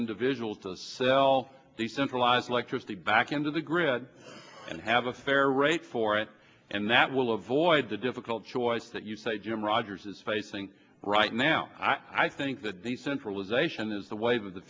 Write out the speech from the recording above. individuals to sell the centralized electricity back into the grid and have a fair rate for it and that will avoid the difficult choice that you say jim rogers is facing right now i think that the centralization is the wave of the